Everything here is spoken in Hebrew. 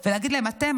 ולהגיד: אתם,